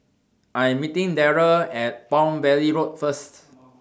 I Am meeting Darrell At Palm Valley Road First